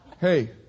Hey